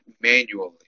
manually